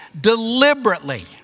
deliberately